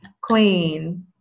Queen